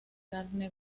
carne